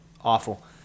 Awful